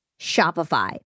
Shopify